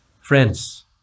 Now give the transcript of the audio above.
Friends